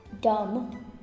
dumb